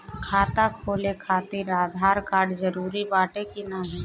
खाता खोले काहतिर आधार कार्ड जरूरी बाटे कि नाहीं?